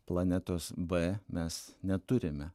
planetos b mes neturime